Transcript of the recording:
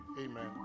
Amen